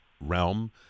realm